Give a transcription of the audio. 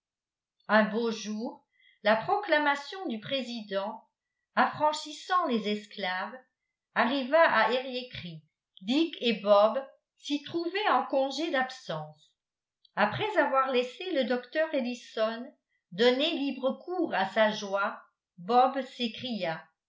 un beau jour la proclamation du président affranchissant les esclaves arriva à eriécreek dick et bob s'y trouvaient en congé d'absence après avoir laissé le docteur ellison donner libre cours à sa joie bob s'écria